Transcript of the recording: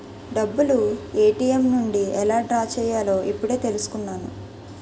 డబ్బులు ఏ.టి.ఎం నుండి ఎలా డ్రా చెయ్యాలో ఇప్పుడే తెలుసుకున్నాను